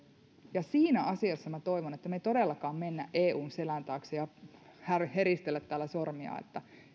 ja siinä asiassa minä toivon että me emme todellakaan mene eun selän taakse ja heristele täällä sormia että